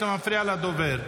אתה מפריע לדובר.